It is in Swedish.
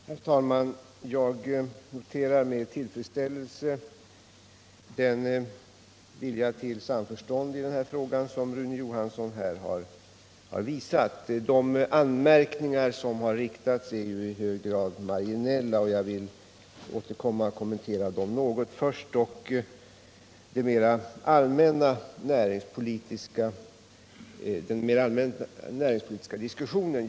Herr talman! Jag noterar med tillfredsställelse den vilja till samförstånd i denna fråga som Rune Johansson här har visat. De anmärkningar som han har riktat mot förslaget är ju i hög grad marginella, och jag vill återkomma till dem. Först dock den mer allmänna näringspolitiska diskussionen.